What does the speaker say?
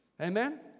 Amen